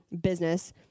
business